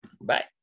bye